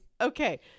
Okay